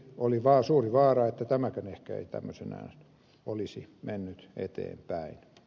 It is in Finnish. oli suuri vaara että tämäkään ei ehkä tämmöisenään olisi mennyt eteenpäin